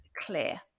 Clear